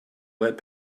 web